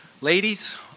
Ladies